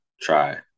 try